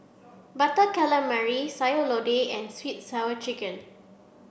butter calamari sayur lodeh and sweet sour chicken